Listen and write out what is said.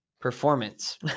performance